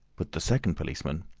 but the second policeman,